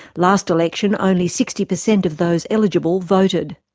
last election only sixty percent of those eligible voted.